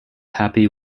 happy